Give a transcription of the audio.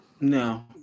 No